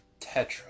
Tetra